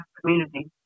community